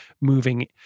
moving